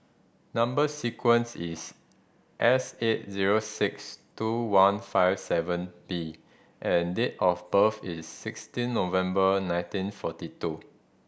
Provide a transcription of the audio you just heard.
number sequence is S eight zero six two one five seven B and date of birth is sixteen November nineteen forty two